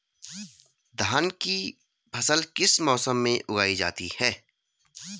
धान की फसल किस मौसम में उगाई जाती है?